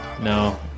No